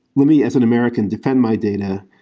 let me, as an american, defend my data.